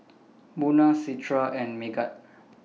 Munah Citra and Megat